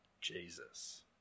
Jesus